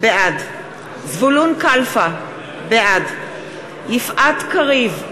בעד זבולון קלפה, בעד יפעת קריב,